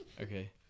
Okay